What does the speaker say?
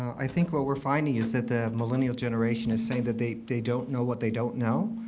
i think what we're finding is that the millennial generation is saying that they they don't know what they don't know.